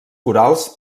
corals